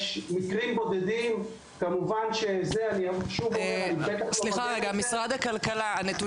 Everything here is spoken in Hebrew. אולי יש מקרים בודדים, ואני בטח לא מגן על זה.